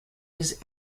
his